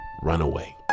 Runaway